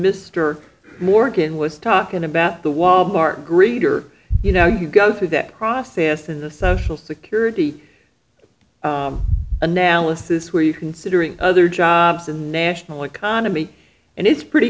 mr morgan was talking about the wal mart greeter you know you go through that process in the social security analysis where you considering other jobs in the national economy and it's pretty